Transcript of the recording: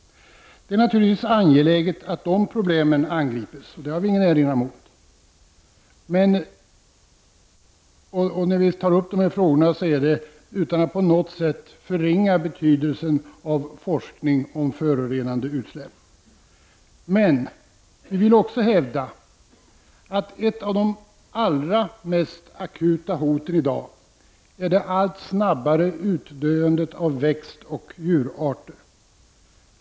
Det är naturligtvis angeläget att de problemen angrips — det har vi ingen erinran mot — och när vi tar upp dessa frågor gör vi det utan att på något sätt förringa betydelsen av forskning om förorenande utsläpp. Vi vill också hävda att ett av de allra mest akuta hoten i dag är det allt snabbare utdöendet av växtoch djurarter.